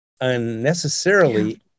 unnecessarily